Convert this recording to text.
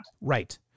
Right